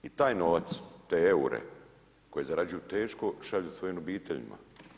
I taj novac, te eure koje zarađuju teško šalju svojim obiteljima.